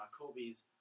Kobe's